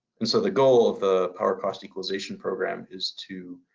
and so, the goal of the power cost equalization program is to